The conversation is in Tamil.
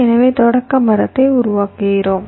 எனவே தொடக்க மரத்தை உருவாக்குகிறோம்